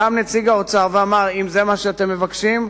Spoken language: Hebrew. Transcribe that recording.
קם נציג האוצר ואמר: אם זה מה שאתם מבקשים,